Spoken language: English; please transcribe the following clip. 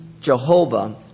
Jehovah